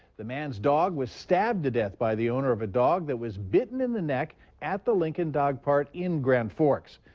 the man's dog was stabbed to death by the owner of a dog that was bitten in the neck at the lincoln dog park in grand forks.